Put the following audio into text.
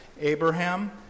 Abraham